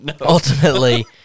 ultimately